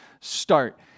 start